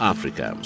Africa